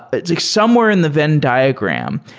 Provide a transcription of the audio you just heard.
but like somewhere in the venn diagram.